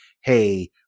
hey